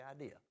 idea